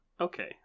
okay